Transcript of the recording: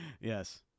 Yes